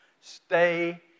Stay